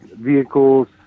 vehicles